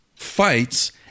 fights